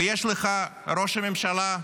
ויש לך, ראש הממשלה,